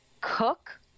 cook